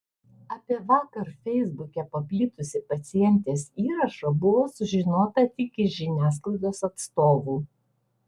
apie vakar feisbuke paplitusį pacientės įrašą buvo sužinota tik iš žiniasklaidos atstovų